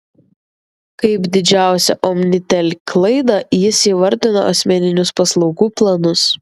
kaip didžiausią omnitel klaidą jis įvardino asmeninius paslaugų planus